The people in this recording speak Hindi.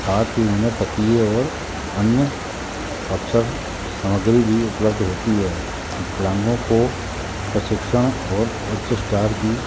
साथ ही उन्हें तकिए और अन्य अवसर सामग्री भी उपलब्ध होती है विकलांगों को प्रशिक्षण और उच्च स्तर की